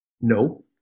No